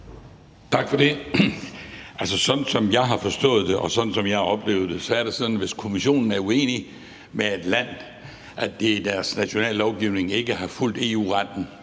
Tak for det. Sådan som jeg har forstået det, og sådan som jeg har oplevet det, er det sådan, at hvis Kommissionen er uenig med et land og siger, at det i deres nationale lovgivning ikke har fulgt EU-retten,